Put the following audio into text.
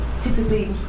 typically